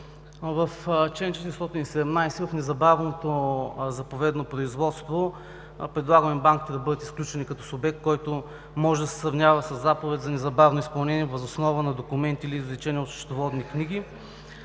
В чл. 417, в незабавното заповедно производство предлагаме банките да бъдат изключени като субект, който може да се сравнява със заповед за незабавно изпълнение въз основа на документи или извлечение от счетоводни книги,